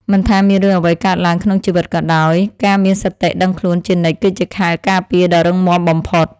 មិនថាមានរឿងអ្វីកើតឡើងក្នុងជីវិតក៏ដោយការមានសតិដឹងខ្លួនជានិច្ចគឺជាខែលការពារដ៏រឹងមាំបំផុត។